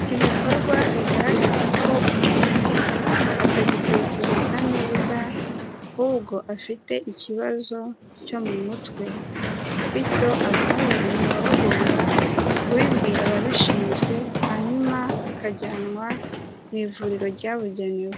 Ibikorwa bigaragaza ko umuntu atagitekereza neza ahubwo afite ikibazo cyo mu mutwe, bityo abamubonye baba bagomba kubibwira ababishinzwe hanyuma akajyanwa mu ivuriro ryabugenewe.